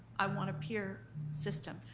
i want a peer system.